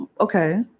okay